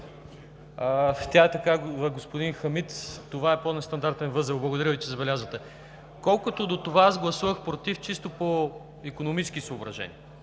Тя е такава, господин Хамид – с по-нестандартен възел. Благодаря Ви, че забелязвате. Колкото до това, аз гласувах „против“ чисто по икономически съображения.